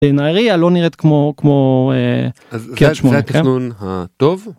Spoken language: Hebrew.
נהריה לא נראית כמו כמו.. אז קרית שמונה זה התכנון הטוב?